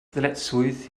ddyletswydd